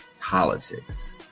Politics